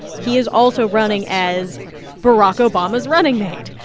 he is also running as barack obama's running mate.